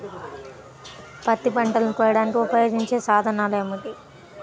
పత్తి పంటలను కోయడానికి ఉపయోగించే సాధనాలు ఏమిటీ?